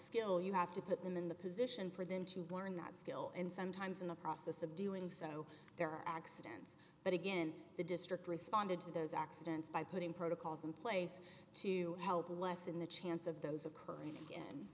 skill you have to put them in the position for them to learn that skill and sometimes in the process of doing so there are accidents but again the district responded to those accidents by putting protocols in place to help lessen the chance of those occurring again